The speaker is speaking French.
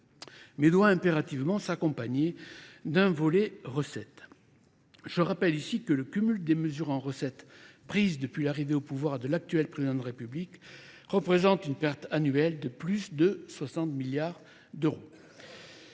mais doit impérativement s'accompagner d'un volet recette. Je rappelle ici que le cumul des mesures en recette prises depuis l'arrivée au pouvoir de l'actuel président de la République représente une perte annuelle de plus de 60 milliards d'euros.